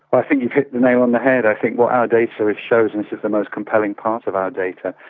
i think you've hit the nail on the head, i think what our data shows, and this is the most compelling part of our data,